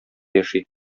яши